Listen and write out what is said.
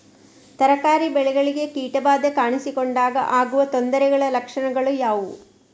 ತರಕಾರಿ ಬೆಳೆಗಳಿಗೆ ಕೀಟ ಬಾಧೆ ಕಾಣಿಸಿಕೊಂಡಾಗ ಆಗುವ ತೊಂದರೆಗಳ ಲಕ್ಷಣಗಳು ಯಾವುವು?